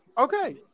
Okay